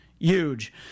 Huge